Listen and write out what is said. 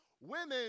Women